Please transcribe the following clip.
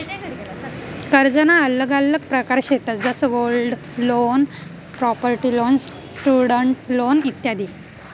कर्जना आल्लग आल्लग प्रकार शेतंस जसं gold loan, property loan, student loan इत्यादी